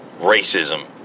racism